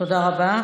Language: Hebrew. תודה רבה.